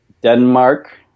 Denmark